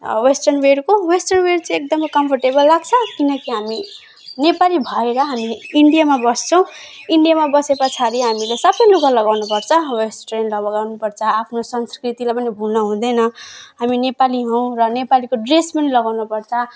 western वेरको western wear चाहिँ एकदमै कम्फर्टेबल लाग्छ किनकि हामी नेपाली भएर हामी इन्डियामा बस्छौँ इन्डियामा बसे पछाडि हामीले सबै लुगा लगाउनु पर्छ वेस्टर्न लगाउनु पर्छ आफ्नो संस्कृतिलाई पनि भुल्न हुँदैन हामी नेपाली हौँ र नेपालीको ड्रेस पनि लगाउनु पर्छ